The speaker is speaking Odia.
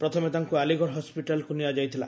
ପ୍ରଥମେ ତାଙ୍କୁ ଆଲିଗଡ଼ ହସ୍କିଟାଲକୁ ନିଆଯାଇଥିଲା